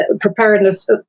preparedness